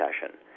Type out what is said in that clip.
session